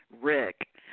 Rick